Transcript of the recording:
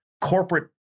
corporate